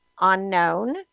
unknown